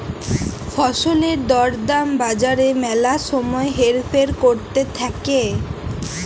ফসলের দর দাম বাজারে ম্যালা সময় হেরফের ক্যরতে থাক্যে